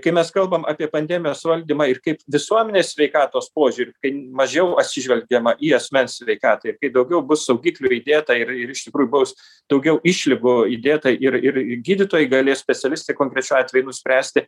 kai mes kalbame apie pandemijos valdymą ir kai visuomenės sveikatos požiūrį tai mažiau atsižvelgiama į asmens sveikatą ir kai daugiau bus saugiklių įdėta ir ir iš tikrųjų bus daugiau išlygų įdėta ir ir gydytojai galės specialistai konkrečiu atveju nuspręsti